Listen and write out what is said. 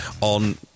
on